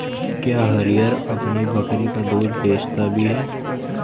क्या हरिहर अपनी बकरी का दूध बेचता भी है?